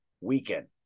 weekend